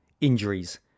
injuries